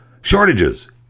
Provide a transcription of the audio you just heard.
shortages